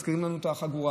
מזכירים לנו את החגורה,